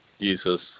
Jesus